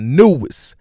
newest